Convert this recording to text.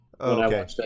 okay